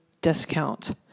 discount